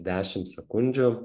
dešim sekundžių